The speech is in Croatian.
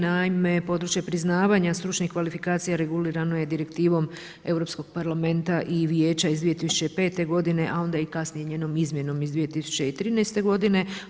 Naime područje priznavanja stručnih kvalifikacija regulirano je direktivom Europskog parlamenta i Vijeća iz 2005. godine, a onda kasnije i njenom izmjenom iz 2013. godine.